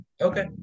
Okay